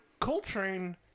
Coltrane